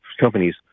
companies